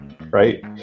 right